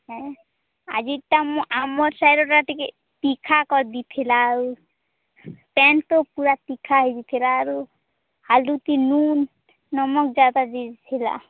ହଁ ଆଜିଟା ଆମ ଆମ ସାଇଡ଼ରେ ଟିକେ ତୀଖା କରି ଦେଇଥିଲା ଆଉ ତେନ୍ତୁ ପୁରା ତୀଘା ହେଇ ଯାଇଥିବାରୁ ଆଲୁ କି ନୁନ୍ ନମକ ଯାଦା ହେଇ ଯାଇଥିଲା